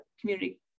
community